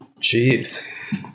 Jeez